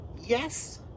yes